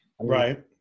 Right